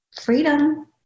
freedom